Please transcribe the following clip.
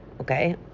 okay